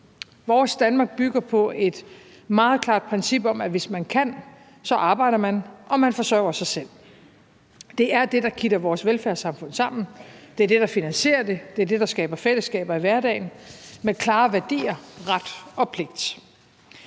Vores Danmark bygger på et meget klart princip om, at hvis man kan, så arbejder man, og man forsørger sig selv. Det er det, der kitter vores velfærdssamfund sammen. Det er det, der finansierer det. Det er det, der skaber fællesskaber i hverdagen med klare værdier, ret og pligt.